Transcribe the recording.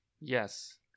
Yes